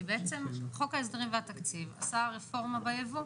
כי בעצם, חוק ההסדרים והתקציב עשה רפורמה בייבוא.